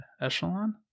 echelon